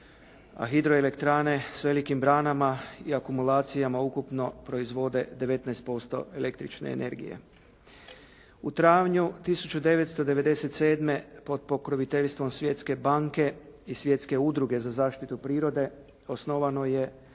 a hidroelektrane s velikim branama i akumulacijama ukupno proizvode 19% električne energije. U travnju 1997. pod pokroviteljstvom Svjetske banke i Svjetske udruge za zaštitu prirode osnovano je